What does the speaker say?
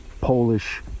Polish